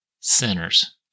sinners